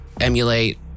emulate